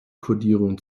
kodierung